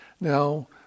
Now